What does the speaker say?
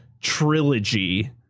trilogy